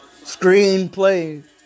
Screenplay